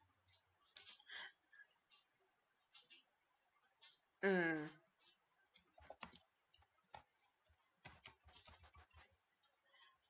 mm